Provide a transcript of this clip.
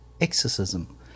exorcism